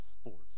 sports